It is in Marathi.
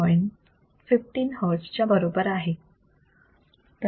15 hertz च्या बरोबर आहे